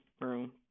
room